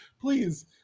please